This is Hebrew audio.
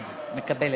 מקבלת.